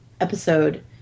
episode